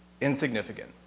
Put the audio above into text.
insignificant